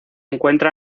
encuentra